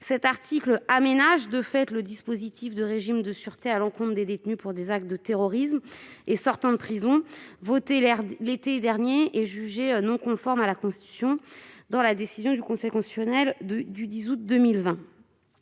Cet article tend à aménager le dispositif de régime de sûreté à l'encontre des détenus condamnés pour des actes de terrorisme et sortant de prison, voté l'été dernier et jugé non conforme à la Constitution dans la décision du Conseil constitutionnel du 10 août 2020.